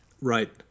right